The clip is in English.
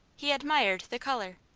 he admired the colour.